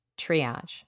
Triage